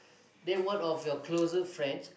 name one of your closest friends